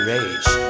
Rage